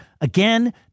Again